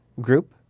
group